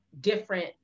different